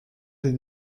des